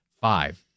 Five